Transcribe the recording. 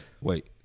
wait